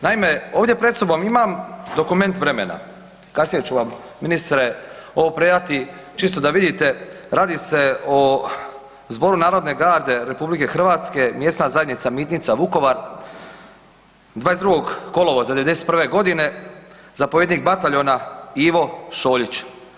Naime, ovdje pred sobom imam dokument vremena, kasnije ću vam ministre ovo predati čisto da vidite, radi se o Zboru narodne garde Republike Hrvatske, Mjesna zajednica Mitnica, Vukovar, 22. kolovoza 91. godine, zapovjednik bataljona Ivo Šoljić.